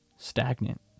Stagnant